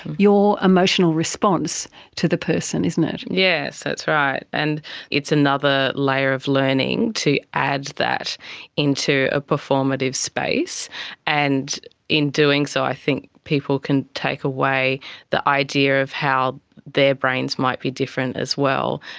your emotional response to the person, isn't it? yes, that's right. and it's another layer of learning to add that into a performative space and in doing so i think people can take away the idea of how their brains might be different as well,